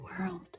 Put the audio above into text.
world